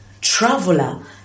traveler